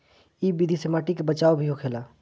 इ विधि से माटी के बचाव भी होखेला